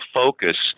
focus